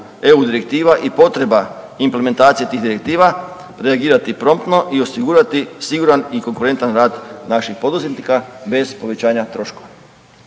EU direktiva i potreba implementacija tih direktiva reagirati promptno i osigurati siguran i konkurentan rad naših poduzetnika bez povećanja troškova.